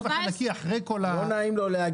כן.